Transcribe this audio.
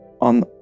on